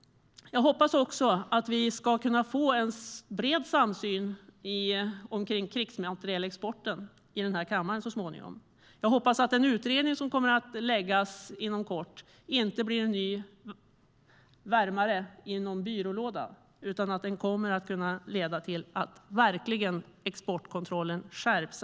Jag hoppas att vi kan få en bred samsyn om krigsmaterielexporten i kammaren. Jag hoppas att den utredning som kommer att läggas fram inom kort inte blir en ny lådvärmare utan att den leder till att regelverket och exportkontrollen skärps.